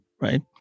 right